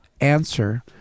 answer